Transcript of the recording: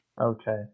okay